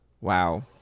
Wow